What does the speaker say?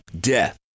death